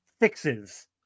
fixes